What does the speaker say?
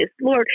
Lord